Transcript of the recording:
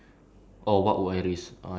like everything ah